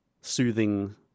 soothing